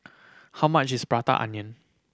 how much is Prata Onion